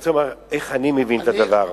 אני רוצה לומר לך איך אני מבין את הדבר.